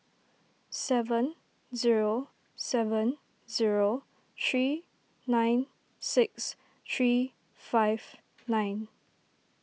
seven zero seven zero three nine six three five nine